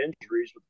injuries